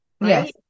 yes